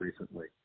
recently